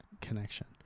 Connection